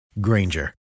Granger